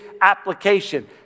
application